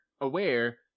aware